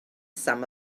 some